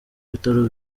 bitaro